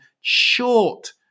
short